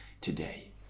today